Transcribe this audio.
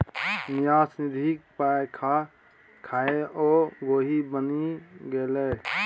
न्यास निधिक पाय खा खाकए ओ गोहि बनि गेलै